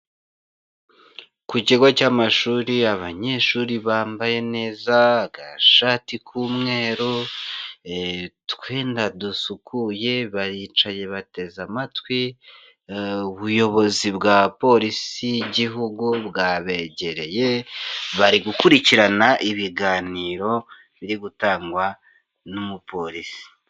Ku kigo cy'amashuri abanyeshuri bambaye neza, agashati k'umweru, utwenda dusukuye baricaye bateze amatwi ubuyobozi bwa polisi y'igihugu bwabegereye bari gukurikirana ibiganiro biri gutangwa n'umupolisi.